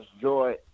joy